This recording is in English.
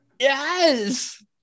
Yes